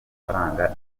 amafaranga